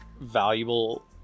valuable